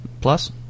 plus